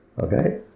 Okay